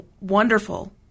wonderful